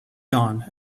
dawn